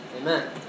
Amen